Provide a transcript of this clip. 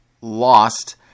lost